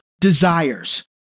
desires